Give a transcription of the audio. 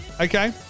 okay